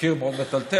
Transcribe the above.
בתחקיר מאוד מטלטל,